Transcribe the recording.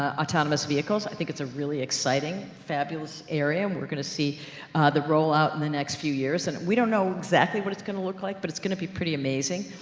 ah autonomous vehicles. i think it's a really exciting, fabulous area. we're going to see the roll-out in the next few years and we don't know exactly what it's going to look like, but it's going to be pretty amazing.